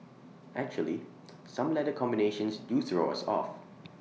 actually some letter combinations do throw us off